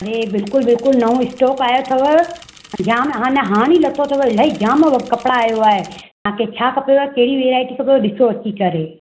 अरे बिल्कुलु बिल्कुलु नओं स्टॉक आयो अथव जाम हा न हाणे ई लथो अथव इलाही जाम वग कपिड़ा आयो आहे तव्हांखे छा खपेव कहिड़ी वैराईटी खपेव ॾिसो अची करे